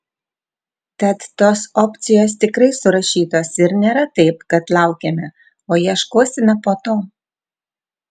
tad tos opcijos tikrai surašytos ir nėra taip kad laukiame o ieškosime po to